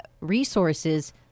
resources